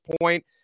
point